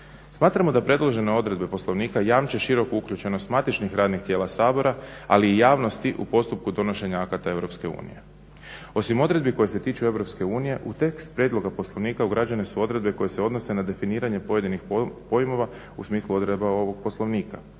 Smatramo da predložene odredbe Poslovnika jamče široku uključenost matičnih radnih tijela Sabora ali i javnosti u postupku donošenja akata EU. Osim odredbi koje se tiču EU u tekst prijedloga poslovnika ugrađene su odredbe koje se odnose na definiranje pojedinih pojmova u smislu odredaba ovog poslovnika.